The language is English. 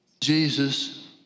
Jesus